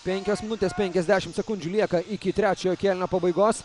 penkios minutės penkiasdešim sekundžių lieka iki trečiojo kėlinio pabaigos